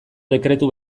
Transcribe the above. dekretu